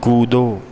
कूदो